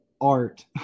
art